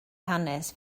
hanes